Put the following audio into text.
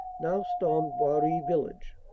now stormed boiry village.